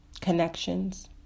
connections